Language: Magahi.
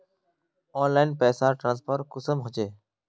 ऑनलाइन पैसा ट्रांसफर कुंसम होचे?